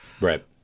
right